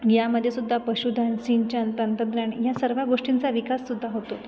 यामध्ये सुद्धा पशुधन सिंचन तंत्रज्ञान या सर्व गोष्टींचा विकाससुद्धा होतो